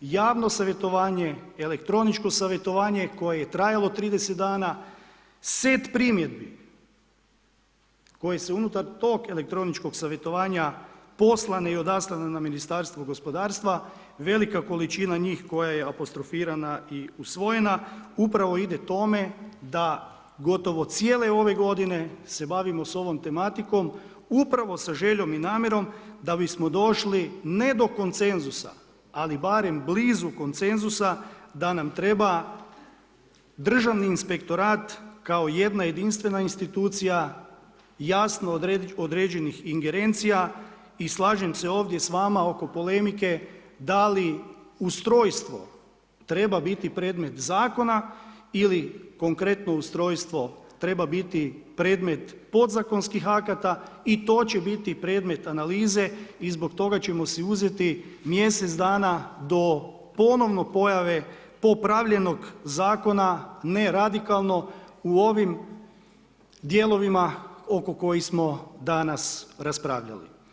javno savjetovanje, elektroničko savjetovanje koje je trajalo 30 dana, set primjedbi koje se unutar tog elektroničkog savjetovanja poslane i odaslane na Ministarstvo gospodarstva, velika količina njih koja je apostrofirana i usvojena upravo ide tome da gotovo cijele ove godine se bavimo ovom tematikom upravo sa željom i namjerom da bismo došli, ne do konsenzusa, ali barem blizu konsenzusa da nam treba državni inspektorat kao jedna jedinstvena institucija, jasno određenih ingerencija i slažem se ovdje s vama oko polemike, da li ustrojstvo treba bili predmet zakona ili konkretno ustrojstvo treba biti predmet pod zakonskih akata i to će biti predmet analize i zbog toga ćemo si uzeti mjesec dana do ponovno pojave popravljenog zakona, ne radikalno u ovim dijelovima oko kojih smo danas raspravljali.